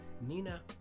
Nina